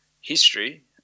history